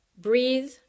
breathe